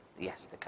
yes